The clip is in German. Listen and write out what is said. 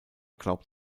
glaubt